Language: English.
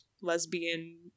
lesbian